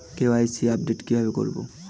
KYC update কি ভাবে করবো?